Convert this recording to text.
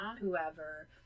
whoever